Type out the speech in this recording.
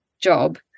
job